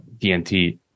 DNT